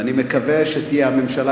ואני מקווה שתהיה הממשלה,